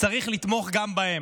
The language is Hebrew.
צריך לתמוך גם בהם.